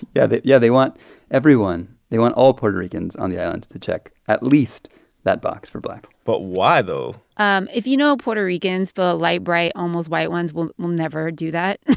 yeah yeah. they want everyone. they want all puerto ricans on the island to check at least that box for black but why, though? um if you know puerto ricans, the light, bright, almost-white ones will will never do that,